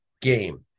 game